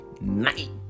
night